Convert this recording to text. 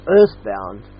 earthbound